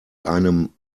einem